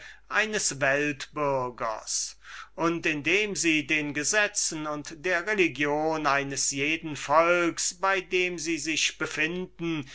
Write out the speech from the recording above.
eines weltbürgers und indem sie den gesetzen und der religion eines jeden volkes bei dem sie sich befinden